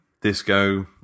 disco